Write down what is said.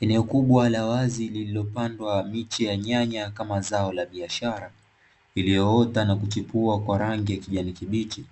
Eneo kubwa la wazi lililopandwa miche ya nyanya kama zao la biashara, iliyoota na kuchipua kwa rangi ya kijani kibichi,